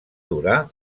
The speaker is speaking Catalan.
durar